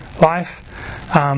life